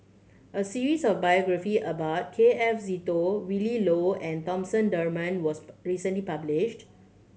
a series of biography about K F Seetoh Willin Low and Thomas Dunman was recently published